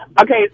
Okay